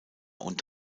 und